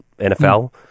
NFL